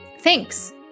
Thanks